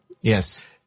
Yes